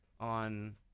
on